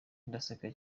ndaseka